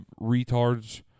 retards